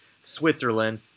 Switzerland